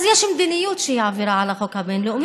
אז יש מדיניות שהיא עבירה על החוק הבין-לאומי.